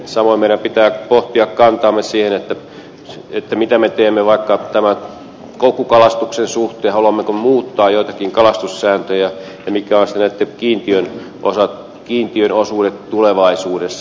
samoin meidän pitää pohtia kantaamme siihen mitä me teemme vaikka koukkukalastuksen suhteen haluammeko me muuttaa joitakin kalastussääntöjä ja mitkä ovat sitten näitten kiintiöiden osuudet tulevaisuudessa